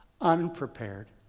unprepared